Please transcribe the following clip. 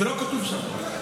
זה לא כתוב שם.